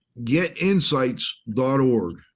getinsights.org